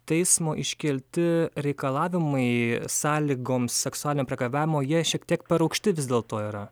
teismo iškelti reikalavimai sąlygoms seksualinio priekabiavimo jie šiek tiek per aukšti vis dėlto yra